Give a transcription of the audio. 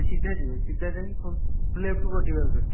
ସିଧା ଯିବେ ସିଧା ଯାଇକି ପୁଣି ଲେଫ୍ଟକୁ କଟିବେ ଆଉ ଥରେ